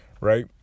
right